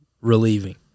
relieving